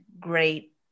great